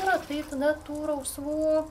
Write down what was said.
yra tai tada tų rausvų